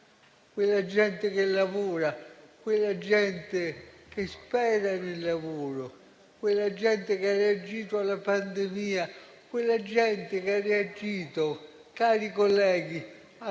quella gente che lavora, quella gente che spera nel lavoro, quella gente che ha reagito alla pandemia, quella gente che ha reagito - cari colleghi - a troppi